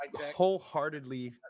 wholeheartedly